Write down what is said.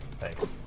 Thanks